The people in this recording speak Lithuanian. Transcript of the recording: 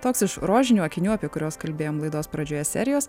toks iš rožinių akinių apie kuriuos kalbėjom laidos pradžioje serijos